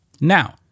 Now